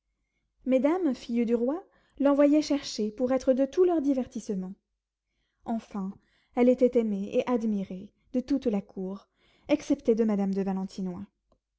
mesdames filles du roi l'envoyaient chercher pour être de tous leurs divertissements enfin elle était aimée et admirée de toute la cour excepté de madame de valentinois